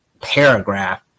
paragraph